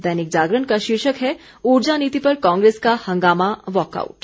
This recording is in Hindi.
दैनिक जागरण का शीर्षक है उर्जा नीति पर कांग्रेस का हंगामा वॉकआउट